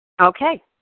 Okay